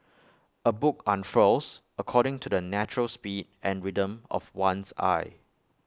A book unfurls according to the natural speed and rhythm of one's eye